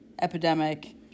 epidemic